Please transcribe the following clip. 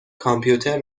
کامپیوتر